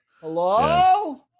Hello